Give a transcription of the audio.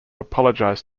apologize